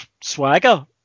swagger